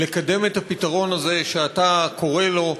לקדם את הפתרון הזה, שאתה קורא לו,